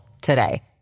today